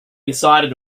decided